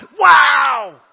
wow